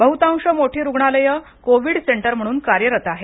बहुतांश मोठी रुग्णालये कोविड सेंटर म्हणून कार्यरत आहेत